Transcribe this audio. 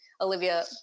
Olivia